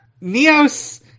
Neo's